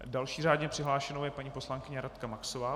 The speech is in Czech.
Další řádně přihlášenou je paní poslankyně Radka Maxová.